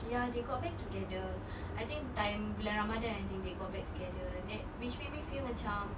ya they got back together I think time bulan ramadan I think they got back together that which make me feel macam